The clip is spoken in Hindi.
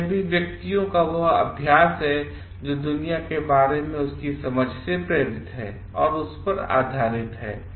तो यह भी व्यक्तियों का वह अपना अभ्यास है जोदुनिया केबारे में उसकी समझ पर आधारितहै